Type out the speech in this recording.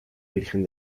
virgen